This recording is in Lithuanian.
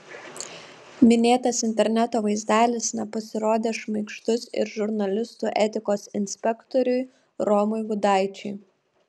minėtas interneto vaizdelis nepasirodė šmaikštus ir žurnalistų etikos inspektoriui romui gudaičiui